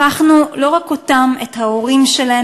הפכנו לא רק אותם: את ההורים שלהם,